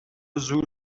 زور